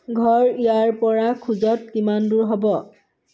ঘৰ ইয়াৰ পৰা খোজত কিমান দূৰ হ'ব